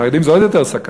חרדים זה עוד יותר סכנה,